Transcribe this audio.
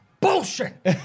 bullshit